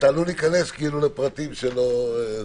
ואתה עלול להיכנס לפרטים שלא צריך.